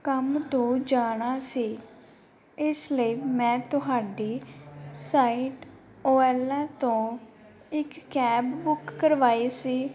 ਕੰਮ ਤੋਂ ਜਾਣਾ ਸੀ ਇਸ ਲਈ ਮੈਂ ਤੁਹਾਡੀ ਸਾਈਟ ਓਲਾ ਤੋਂ ਇੱਕ ਕੈਬ ਬੁੱਕ ਕਰਵਾਈ ਸੀ